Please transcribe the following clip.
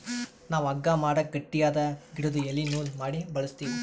ನಾವ್ ಹಗ್ಗಾ ಮಾಡಕ್ ಗಟ್ಟಿಯಾದ್ ಗಿಡುದು ಎಲಿ ನೂಲ್ ಮಾಡಿ ಬಳಸ್ತೀವಿ